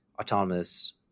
autonomous